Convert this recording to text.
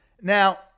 Now